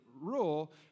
rule